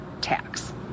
tax